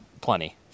Plenty